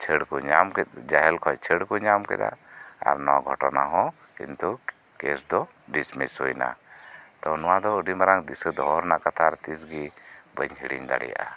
ᱪᱷᱟᱹᱲ ᱠᱚ ᱧᱟᱢ ᱡᱮᱦᱮᱞ ᱠᱷᱚᱡ ᱪᱷᱟᱹᱲ ᱠᱚ ᱧᱟᱢ ᱠᱮᱫᱟ ᱟᱨ ᱱᱚᱣᱟ ᱜᱷᱚᱴᱚᱱᱟ ᱦᱚᱸ ᱠᱤᱱᱛᱩ ᱠᱮᱥ ᱫᱚ ᱰᱤᱥᱢᱤᱥ ᱦᱩᱭᱮᱱᱟ ᱛᱳ ᱱᱚᱣᱟ ᱫᱚ ᱟᱹᱰᱤ ᱢᱟᱨᱟᱝ ᱫᱤᱥᱟᱹ ᱫᱚᱦᱚ ᱨᱮᱱᱟᱜ ᱠᱟᱛᱷᱟ ᱟᱨ ᱛᱤᱥ ᱜᱮ ᱵᱟᱹᱧ ᱫᱟᱲᱮᱭᱟᱜᱼᱟ